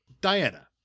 Diana